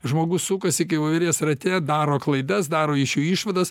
žmogus sukasi kaip voverės rate daro klaidas daro iš jų išvadas